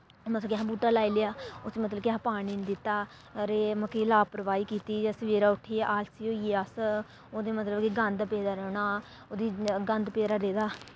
मतलब कि असें बूह्टा लाई लेआ उस्सी मतलब कि असें पानी निं दित्ता रेह् मतलब कि लापरवाही कीती जे सवेरै उट्ठियै आलसी होई गे अस ओह्दे मतलब कि गंद पेदा रौह्ना ओह्दे च गंद पेदा रेह् दा